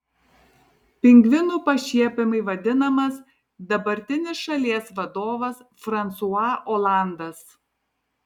pingvinu pašiepiamai vadinamas dabartinis šalies vadovas fransua olandas